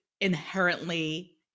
inherently